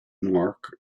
mark